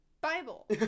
bible